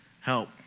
help